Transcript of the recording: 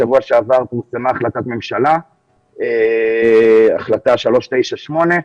בשבוע שעבר פורסמה החלטת ממשלה, החלטה 398,